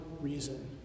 reason